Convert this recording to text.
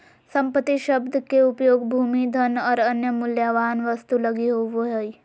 संपत्ति शब्द के उपयोग भूमि, धन और अन्य मूल्यवान वस्तु लगी होवे हइ